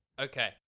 Okay